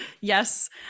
yes